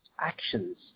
actions